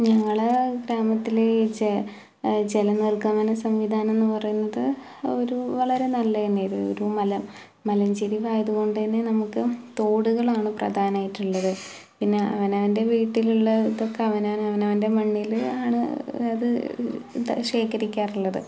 ഞങ്ങൽ ഗ്രാമത്തിലേ ജെ ജലനിർഗ്ഗമന സംവിധാനമെന്നു പറയുന്നത് ഒരു വളരെ നല്ലതു തന്നെയായിരുന്നു ഒരു മല മലഞ്ചെരിവായതു കൊണ്ടു തന്നെ നമുക്ക് തോടുകളാണ് പ്രധാനമായിട്ടുള്ളത് പിന്നെ അവനവൻ്റെ വീട്ടിലുള്ള ഇതൊക്കെ അവനവൻ അവനവൻ്റെ മണ്ണിലാണ് അത് ത ശേഖരിക്കാറുള്ളത്